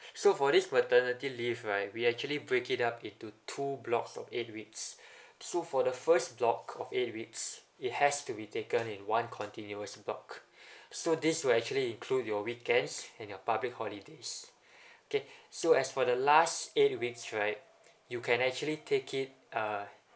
so for this maternity leave right we actually break it up into two blocks of eight weeks so for the first block of eight weeks it has to be taken in one continuous block so this will actually include your weekends and your public holidays okay so as for the last eight weeks right you can actually take it uh